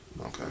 okay